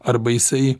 arba jisai